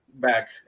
back